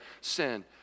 sin